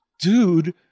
dude